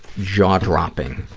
jaw-dropping.